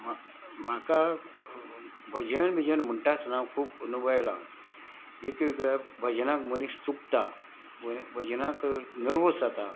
म्हाका भजन बिजन म्हणटा आसतना खूब अनुभव आयलां वेगवेगळ्या भजनाक मनीस चुकता भजनाक नर्वस जाता